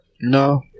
No